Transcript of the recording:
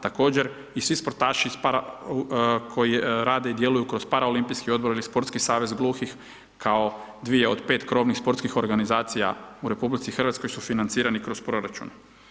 Također i svi sportaši koji rade i djeluju kroz Paraolimpijski odbor ili sportski savez gluhih kao 2 od 5 krovnih sportskih organizacija u RH, su financirani kroz proračun.